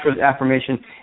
affirmation